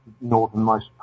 northernmost